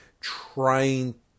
trying